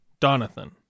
Donathan